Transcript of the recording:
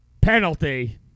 penalty